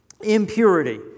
Impurity